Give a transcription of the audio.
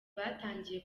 batangiye